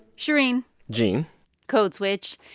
shereen gene code switch.